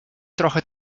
trochę